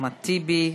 אחמד טיבי,